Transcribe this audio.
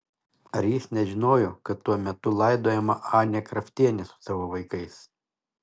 ar jis nežinojo kad tuo metu laidojama anė kraftienė su savo vaikais